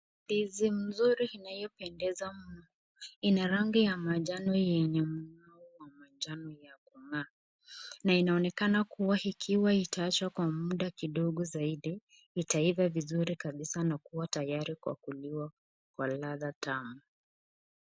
Ndizi mzuri inayopendeza ina rangi ya manjano yenye wa manjano ya kungaa na inaonekana kuwa ikiwa itawachwa kwa muda kidogo zaidi, itaiva vizuri kabisa na kuwa tayari kwa kuliwa kwa ladha tamu.